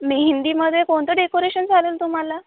मेहंदीमध्ये कोणतं डेकोरेशन चालेल तुम्हाला